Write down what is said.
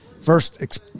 First